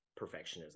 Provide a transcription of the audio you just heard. perfectionism